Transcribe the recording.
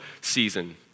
season